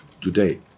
today